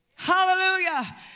hallelujah